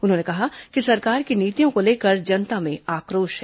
उन्होंने कहा कि सरकार की नीतियों को लेकर जनता में आक्रोश है